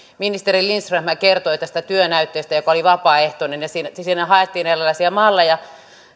ministeri lindströmhän kertoi tästä työnäytteestä joka oli vapaaehtoinen ja siinä haettiin erilaisia malleja